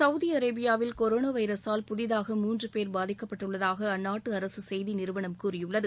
Saudi அரேபியாவில் corona வைரஸால் புதிதாக மூன்று பேர் பாதிக்கப்பட்டுள்ளதாக அந்நாட்டு அரசு செய்தி நிறுவனம் கூறியுள்ளது